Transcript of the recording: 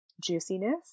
juiciness